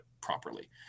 properly